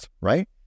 right